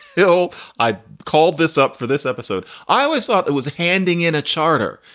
so i called this up for this episode. i always thought it was handing in a charter,